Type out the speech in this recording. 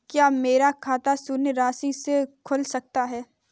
क्या मेरा खाता शून्य राशि से खुल सकता है?